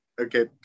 Okay